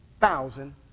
Thousand